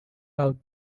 out